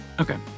Okay